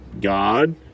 God